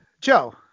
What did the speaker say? Joe